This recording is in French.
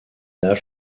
âge